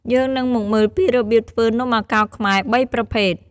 យើងនឹងមកមើលពីរបៀបធ្វើនំអាកោរខ្មែរបីប្រភេទ។